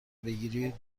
بگیرید